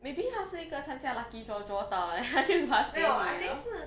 maybe 他是一个参加 lucky draw draw 到的 then 他去 pass 给你 orh